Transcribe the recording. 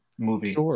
movie